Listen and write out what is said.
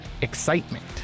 excitement